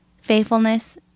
faithfulness